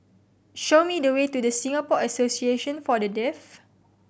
show me the way to Singapore Association For The Deaf